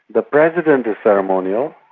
the president is ceremonial,